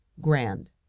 grand